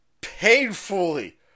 painfully